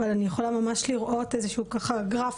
אבל אני יכולה ממש לראות איזה שהוא ככה גרף